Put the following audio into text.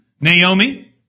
Naomi